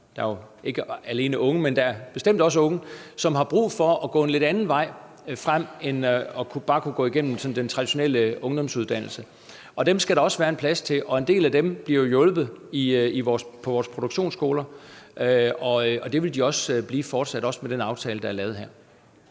jeg er fuldstændig enig i, at der er unge og også andre, som har brug for at gå en lidt anden vej frem end bare at kunne gå igennem den sådan traditionelle ungdomsuddannelse. Dem skal der også være en plads til. En del af dem bliver jo hjulpet på vores produktionsskoler, og det vil de fortsat blive, også med den aftale, der her er lavet.